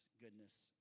goodness